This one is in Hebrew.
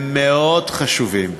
הם מאוד חשובים